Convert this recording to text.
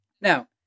Now